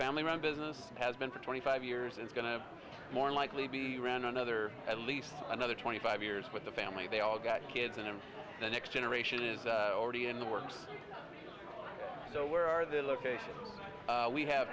family run business has been for twenty five years it's going to more likely be ran another at least another twenty five years with the family they all got kids in and the next generation is already in the works so where are their locations we have